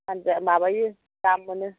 फानजायो माबायो दाम मोनो